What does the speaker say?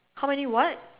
how many what